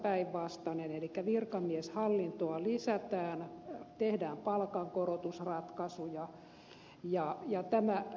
virkamieshallintoa lisätään tehdään palkankorotusratkaisuja ja jättämään